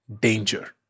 danger